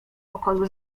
pokoju